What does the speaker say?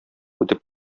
үтеп